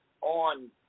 on